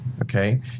Okay